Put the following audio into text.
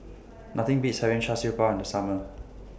Nothing Beats having Char Siew Bao in The Summer